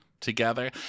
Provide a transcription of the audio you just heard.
Together